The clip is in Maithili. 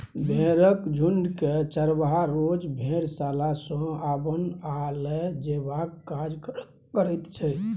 भेंड़क झुण्डकेँ चरवाहा रोज भेड़शाला सँ आनब आ लए जेबाक काज करैत छै